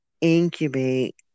incubate